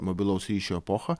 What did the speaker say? mobilaus ryšio epochą